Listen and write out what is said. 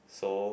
so